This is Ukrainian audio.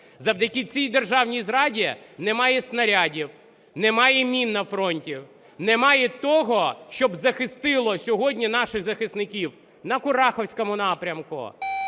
Завдяки цій державній зраді немає снарядів, немає мін на фронті, немає того, щоб захистило сьогодні наших захисників на Курахівському напрямку,